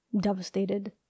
devastated